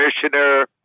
commissioner